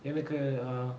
எனக்கு:enakku err